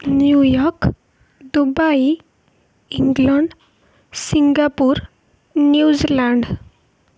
New York Dubai England Singapore New Zealand